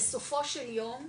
בסופו של יום,